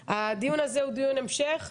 הדיון הזה הוא דיון המשך.